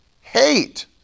hate